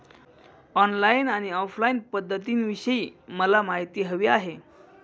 online आणि offline अर्जपध्दतींविषयी मला माहिती हवी आहे